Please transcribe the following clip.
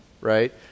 right